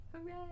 Hooray